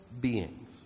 beings